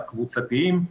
הקבוצתיים.